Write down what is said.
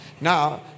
Now